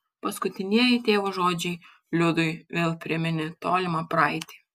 paskutinieji tėvo žodžiai liudui vėl priminė tolimą praeitį